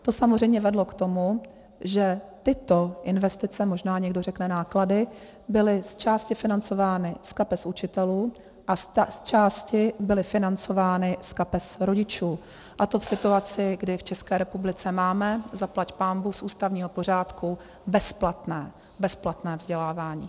To samozřejmě vedlo k tomu, že tyto investice, možná někdo řekne náklady, byly zčásti financovány z kapes učitelů a zčásti byly financovány z kapes rodičů, a to v situaci, kdy v České republice máme zaplať pánbůh z ústavního pořádku bezplatné, bezplatné vzdělávání.